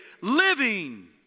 living